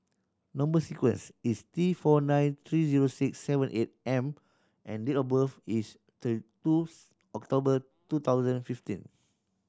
number sequence is T four nine three zero six seven eight M and date of birth is twos October two thousand fifteen